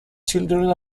children